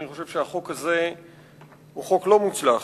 אני חושב שהחוק הזה הוא חוק לא מוצלח.